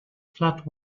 flat